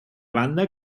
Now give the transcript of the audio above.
banda